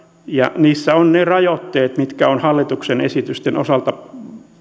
ja siinä on ne rajoitteet mitkä on hallituksen esitysten osalta